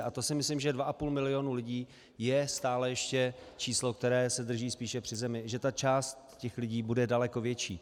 A to si myslím, že 2,5 milionu lidí je stále ještě číslo, které se drží spíše při zemi, že ta část lidí bude daleko větší.